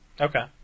Okay